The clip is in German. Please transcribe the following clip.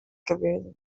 gewesen